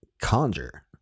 conjure